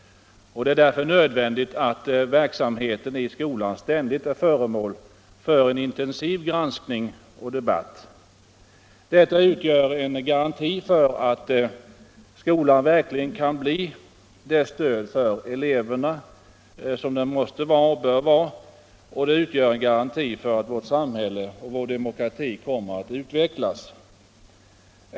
Det är därför nödvändigt att verksamheten i skolan ständigt är föremål för en intensiv granskning och debatt. Detta utgör en garanti för att skolan verkligen kan bli det stöd för eleverna den bör vara, och det utgör en garanti för att vårt samhälle och vår demokrati kommer att utvecklas.